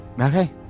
Okay